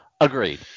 Agreed